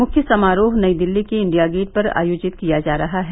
मुख्य समारोह नई दिल्ली के इंडिया गेट पर आयोजित किया जा रहा है